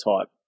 type